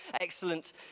Excellent